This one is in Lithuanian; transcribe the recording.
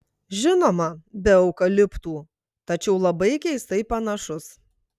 žinoma be eukaliptų tačiau labai keistai panašus